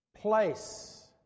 place